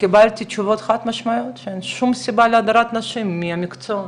וקיבלתי תשובות חד משמעיות שאין שום סיבה להדרת נשים מהמקצוע.